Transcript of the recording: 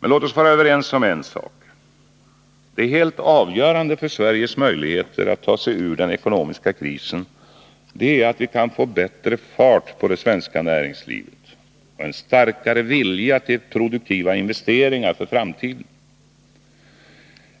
Låt oss vara överens om en sak. Det helt avgörande för Sveriges möjligheter att ta sig ur den ekonomiska krisen är att vi kan få bättre fart på det svenska näringslivet och en starkare vilja till produktiva investeringar för framtiden.